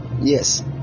Yes